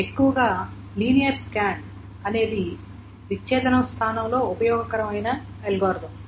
కానీ ఎక్కువగా linear scan అనేది విచ్ఛేదనం స్థానంలో ఉపయోగకరమైన అల్గోరిథం